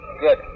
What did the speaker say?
Good